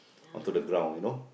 onto the ground you know